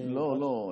לא לא,